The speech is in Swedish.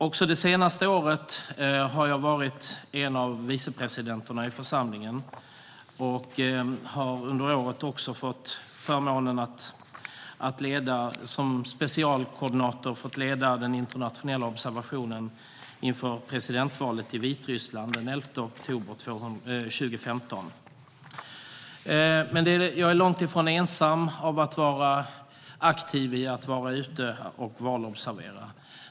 Även det senaste året har jag varit en av vicepresidenterna i församlingen och fått förmånen att som specialkoordinator leda den internationella observationen inför presidentvalet i Vitryssland den 11 oktober 2015. Men jag är långt ifrån ensam om att vara aktiv när det gäller att vara ute och valobservera.